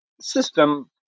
system